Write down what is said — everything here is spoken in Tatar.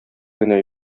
генә